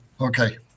Okay